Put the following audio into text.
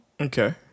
Okay